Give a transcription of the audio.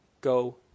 Go